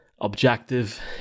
objective